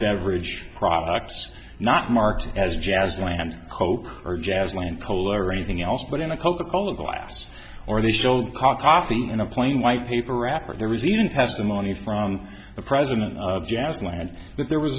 beverage products not marketed as jazz land hope or jazz land coal or anything else but in a coca cola glass or they showed coffee in a plain white paper wrapper there was even testimony from the president of jazz land but there was